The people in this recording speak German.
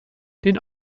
den